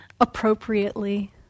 Appropriately